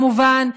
כמובן,